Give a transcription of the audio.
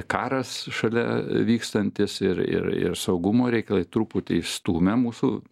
karas šalia vykstantis ir ir ir saugumo reikalai truputį išstūmė mūsų